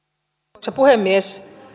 arvoisa puhemies